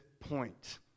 point